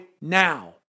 now